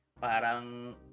parang